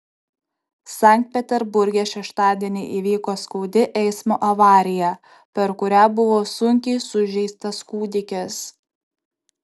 sankt peterburge šeštadienį įvyko skaudi eismo avarija per kurią buvo sunkiai sužeistas kūdikis